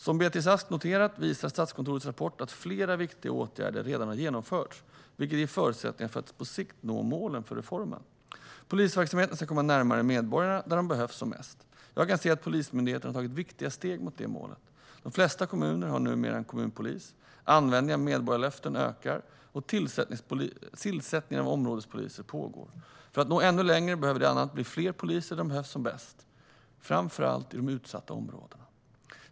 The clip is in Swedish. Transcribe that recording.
Som Beatrice Ask har noterat visar Statskontorets rapport att flera viktiga åtgärder redan har vidtagits, vilket ger förutsättningar att på sikt nå målen för reformen. Polisverksamheten ska komma närmare medborgarna där det behövs som mest. Jag kan se att Polismyndigheten har tagit viktiga steg mot det målet. De flesta kommuner har numera en kommunpolis, användningen av medborgarlöften ökar och tillsättningen av områdespoliser pågår. För att nå ännu längre behöver det bland annat bli fler poliser där de behövs som bäst, framför allt i de utsatta områdena.